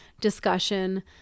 discussion